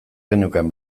geneukan